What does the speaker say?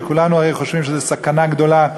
וכולנו חושבים שזאת סכנה גדולה,